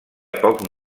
pocs